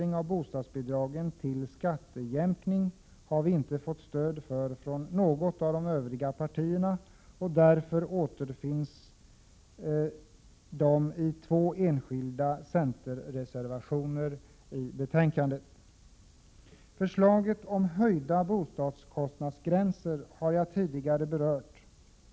gen till skattejämkning har vi inte fått stöd för från något av de övriga partierna. Dessa förslag återfinns därför i två enskilda centerreservationer i betänkandet. Förslaget om höjda gränser för bostadskostnaderna har jag tidigare berört.